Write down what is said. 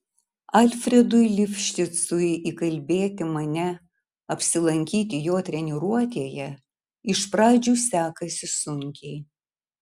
alfredui lifšicui įkalbėti mane apsilankyti jo treniruotėje iš pradžių sekasi sunkiai